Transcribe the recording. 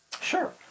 Sure